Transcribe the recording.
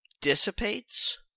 dissipates